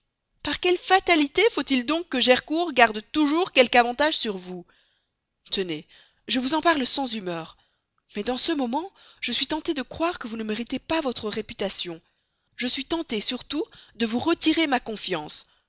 par quelle fatalité faut-il donc que gercourt garde toujours de l'avantage sur vous tenez je vous en parle sans humeur mais dans ce moment je suis tentée de croire que vous ne méritez pas votre réputation je suis tentée surtout de vous retirer ma confiance